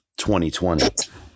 2020